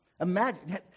Imagine